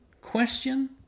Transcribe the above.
question